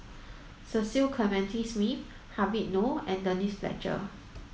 Cecil Clementi Smith Habib Noh and Denise Fletcher